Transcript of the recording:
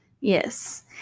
yes